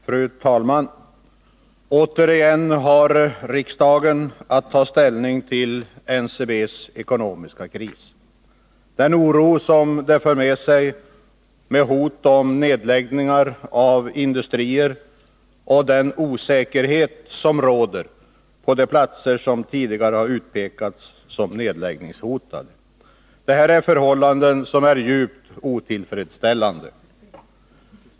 Fru talman! Återigen har riksdagen att ta ställning till NCB:s ekonomiska kris, den oro som den för med sig med hot om nedläggningar av industrier och den osäkerhet som råder på de platser som tidigare utpekats som nedläggningshotade. Förhållandet är djupt otillfredsställande.